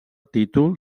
títol